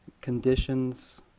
conditions